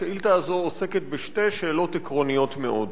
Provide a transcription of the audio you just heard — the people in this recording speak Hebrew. השאילתא הזו עוסקת בשתי שאלות עקרוניות מאוד.